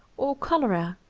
or cholera,